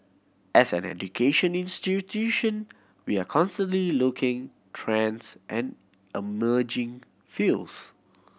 as an education institution we are constantly looking trends and emerging fields